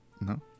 No